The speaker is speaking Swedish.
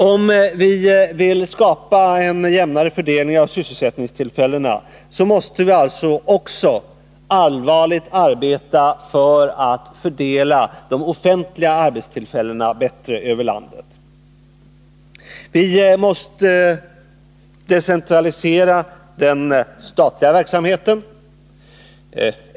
Om vi vill skapa en jämnare fördelning av sysselsättningstillfällena, måste vi således allvarligt arbeta för att fördela också de offentliga arbetstillfällena bättre över landet. Vi måste decentralisera den statliga verksamheten.